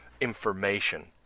information